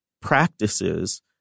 practices